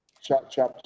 Chapter